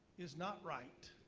is not right,